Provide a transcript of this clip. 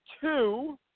two